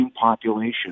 population